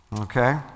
Okay